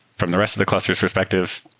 from the rest of the cluster s perspective,